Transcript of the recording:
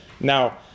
Now